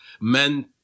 men